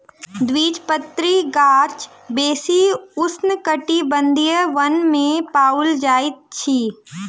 द्विबीजपत्री गाछ बेसी उष्णकटिबंधीय वन में पाओल जाइत अछि